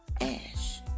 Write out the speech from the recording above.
Ash